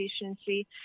efficiency